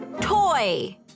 toy